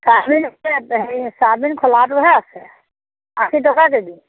soybean আছে আছে হেৰি চয়াবিন খোলাটোহে আছে আশী টকা কেজি